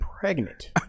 pregnant